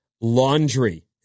laundry